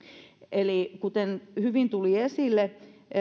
eli kuten hyvin tuli esille